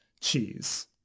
cheese